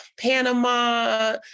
Panama